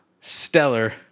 stellar